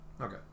Okay